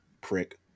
prick